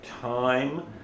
time